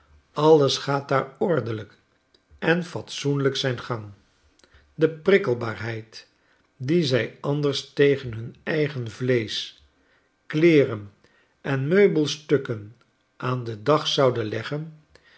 alles gaat daar ordelijk en fatsoenlijk zijn gang de prikkelbaarheid die zij anders tegen hun eigen vleesch kleeren en meubelstukken aan den dag zouden leggen